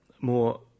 more